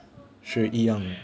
是一样